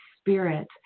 spirit